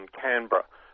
canberra